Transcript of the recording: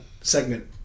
segment